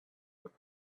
with